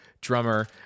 drummer